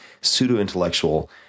pseudo-intellectual